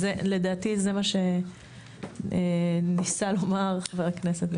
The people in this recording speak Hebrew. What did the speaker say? לדעתי, זה מה שניסה לומר חבר הכנסת ביטון.